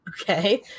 Okay